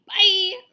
Bye